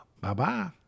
Bye-bye